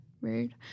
Rude